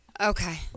Okay